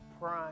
prime